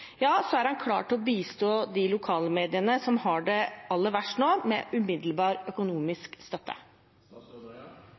er klar til å bistå de lokalmediene som har det aller verst nå, med umiddelbar